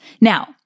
Now